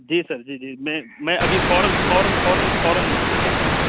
جی sir جی جی میں میں ابھی فوراً فوراً فوراً فوراً بھیج رہا ہوں سر